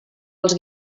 els